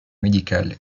médicales